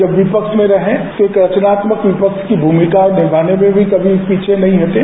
जब विपक्ष में रहे तो रचनात्मक विपक्ष की भूमिका निभाने में भी कभी पीछे नहीं हटे